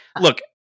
look